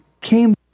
came